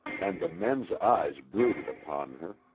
and the men's eyes brooded upon her.